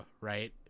right